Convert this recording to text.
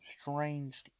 strange